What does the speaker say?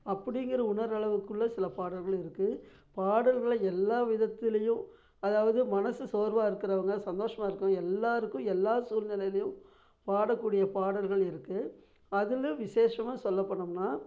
அப்படிங்குற உணர்றளவுக்குள்ளே சில பாடல்கள் இருக்குது பாடல்களை எல்லா விதத்துலேயும் அதாவது மனது சோர்வாக இருக்கிறவங்க சந்தோஷமாக இருக்கிறவங்க எல்லாேருக்கும் எல்லா சூழ்நிலையிலேயும் பாடக்கூடிய பாடல்கள் இருக்குது அதுலேயும் விசேஷமாக சொல்ல போனோம்ன்னால்